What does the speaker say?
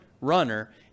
runner